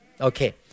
Okay